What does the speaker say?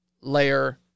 layer